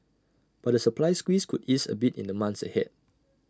but the supply squeeze could ease A bit in the months ahead